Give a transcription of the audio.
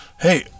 Hey